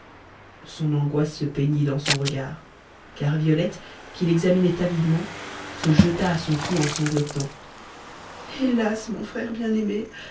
son angoisse se peignit dans son regard car violette qui l'examinait avidement se jeta à son cou en sanglotant hélas mon frère bien-aimé